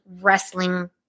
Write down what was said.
wrestling